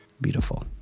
Beautiful